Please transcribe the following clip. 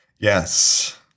yes